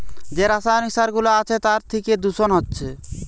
যে রাসায়নিক সার গুলা আছে তার থিকে দূষণ হচ্ছে